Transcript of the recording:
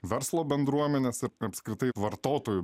verslo bendruomenės ir apskritai vartotojų